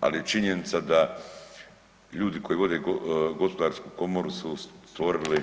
ali je činjenica da ljudi koji vode HGK su stvorili